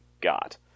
got